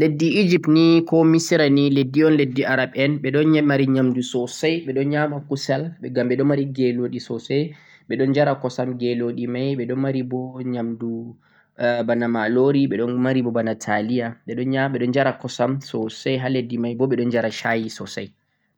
leddi Egypt ni ko misra ni leddi un leddi Arab en ɓe ɗon mari nyamdu sosai, ɓe ɗon nyama kusel ngam ɓe ɗo mari gyeloɗi sosai, ɓe ɗon jara kosam gyeloɗi mai ɓe ɗon mari bo nyamdu eh bana malori, ɓe ɗon mari bo bana taliya, ɓe ɗon jara kosam sosai ha leddi mai bo ɓe ɗon jara shayi sosai.